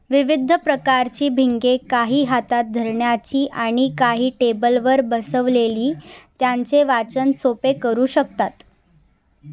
विविध प्रकारची भिंगे काही हातात धरण्याची आणि काही टेबलवर बसवलेली त्यांचे वाचन सोपे करू शकतात